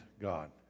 God